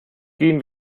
gehen